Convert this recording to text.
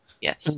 Yes